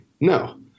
no